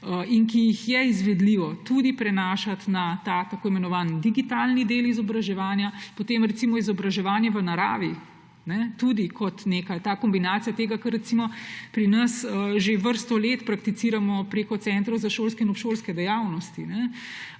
in ki jih je izvedljivo tudi prenašati na tako imenovani digitalni del izobraževanja, potem recimo izobraževanje v naravi tudi kot nekaj. Kombinacija tega, kar recimo pri nas že vrsto let prakticiramo prek centrov za šolske in obšolske dejavnosti.